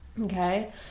Okay